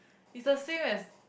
is the same as